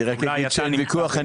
אין ויכוח,